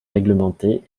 réglementé